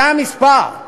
זה המספר.